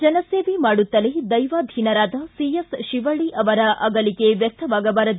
ಜನಸೇವೆ ಮಾಡುತ್ತಲೇ ದೈವಾದೀನರಾದ ಶಿವಳ್ಳಿಯವರ ಅಗಲಿಕೆ ವ್ಯರ್ಥವಾಗಬಾರದು